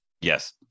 yes